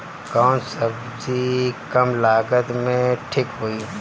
कौन सबजी कम लागत मे ठिक होई?